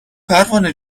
پروانه